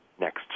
next